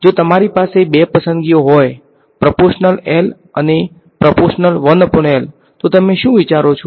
જો તમારી પાસે બે પસંદગીઓ હોય પ્રપોર્શનલ L અને પ્રપોર્શનલ 1L તો તમે શું વિચારો છો